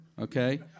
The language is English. okay